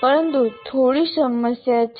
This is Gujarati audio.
પરંતુ થોડી સમસ્યા છે